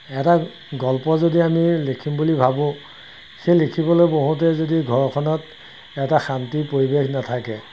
এটা গল্প যদি আমি লিখিম বুলি ভাবোঁ সেই লিখিবলৈ বহোতে যদি ঘৰখনত এটা শান্তিৰ পৰিৱেশ নাথাকে